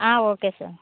ఆ okay sir